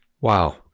Wow